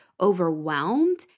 overwhelmed